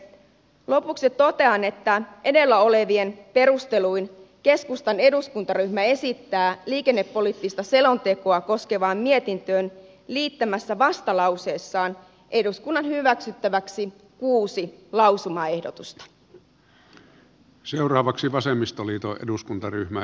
lopuksi totean että edellä olevin perusteluin keskustan eduskuntaryhmä esittää liikennepoliittista selontekoa koskevaan mietintöön liittämässään vastalauseessa eduskunnan hyväksyttäväksi kuusi lausumaehdotusta